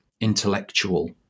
intellectual